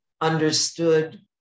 understood